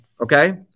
okay